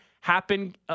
happen